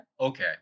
Okay